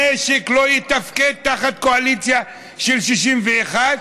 המשק לא יתפקד תחת קואליציה של 61,